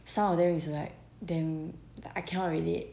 some of them is like damm I cannot relate